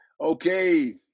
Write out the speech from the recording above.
Okay